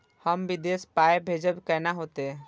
हम विदेश पाय भेजब कैना होते?